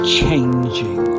changing